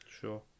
Sure